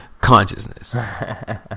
consciousness